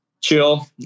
chill